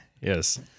yes